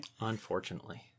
Unfortunately